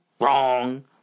wrong